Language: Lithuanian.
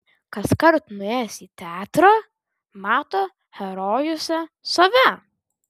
kaskart nuėjęs į teatrą mato herojuose save